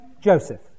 Joseph